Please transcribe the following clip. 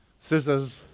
scissors